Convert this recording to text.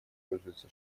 пользуется